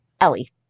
Ellie